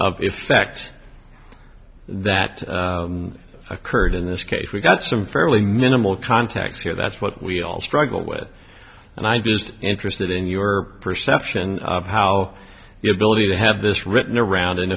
of effect that occurred in this case we got some fairly minimal context here that's what we all struggle with and i just interested in your perception of how you believe you have this written around